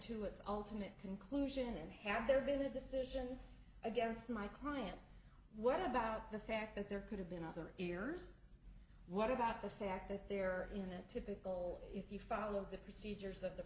to its ultimate conclusion and have there been a decision against my client what about the fact that there could have been other errors what about the fact that there in that typical if you follow the procedures that the